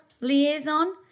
liaison